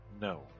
No